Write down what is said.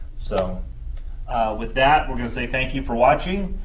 so with that, we're going to say thank you for watching.